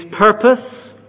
purpose